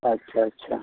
अच्छा अच्छा